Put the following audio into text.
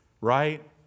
right